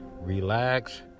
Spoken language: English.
relax